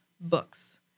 books